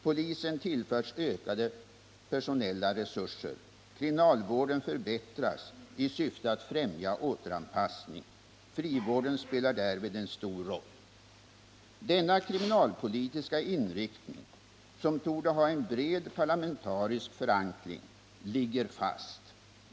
Polisen tillförs ökade personella resurser. Kriminalvården förbättras i syfte att främja återanpassning. Frivården spelar därvid en stor roll. Denna kriminalpolitiska inriktning, som torde ha en bred parlamentarisk förankring, ligger fast.